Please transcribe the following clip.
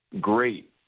great